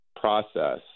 process